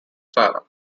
sara